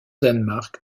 danemark